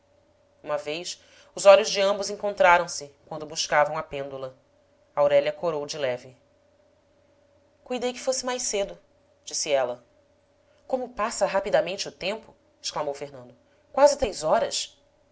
uma vez os olhos de ambos encontraram-se quando buscavam a pêndula aurélia corou de leve cuidei que fosse mais cedo disse ela como passa rapidamente o tempo exclamou fernando quase três horas